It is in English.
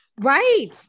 Right